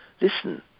listen